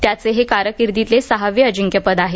त्याचे हे कारकिर्दीतीतले सहावे अजिंक्यपद आहे